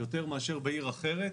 יותר מאשר בעיר אחרת.